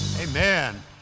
Amen